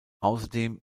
außerdem